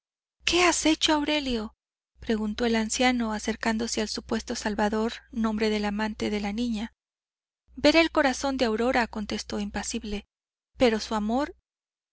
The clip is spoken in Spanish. qué has hecho aurelio preguntó el anciano acercándose al supuesto salvador nombre del amante de la niña ver el corazón de aurora contestó impasible pero su amor